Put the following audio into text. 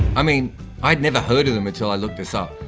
i mean i'd never heard of them until i looked this up.